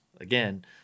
again